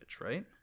right